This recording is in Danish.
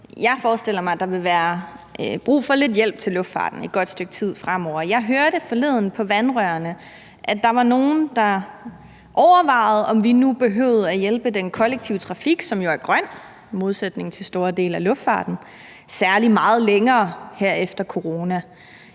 jeg forestiller mig i så fald, at der vil være brug for lidt hjælp til luftfarten et godt stykke tid fremover. Jeg hørte forleden på vandrørene, at der var nogle, der overvejede, om vi nu behøvede at hjælpe den kollektive trafik, som jo i modsætning til store dele af luftfarten er grøn, særlig meget længere her efter corona.